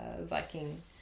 Viking